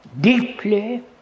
deeply